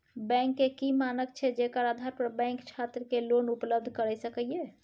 Bank के की मानक छै जेकर आधार पर बैंक छात्र के लोन उपलब्ध करय सके ये?